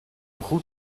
goed